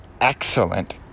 excellent